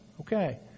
Okay